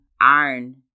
iron